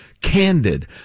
Candid